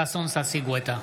ששון ששי גואטה,